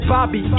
Bobby